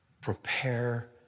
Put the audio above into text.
prepare